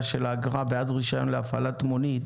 של האגרה בעד רישיון להפעלת מונית),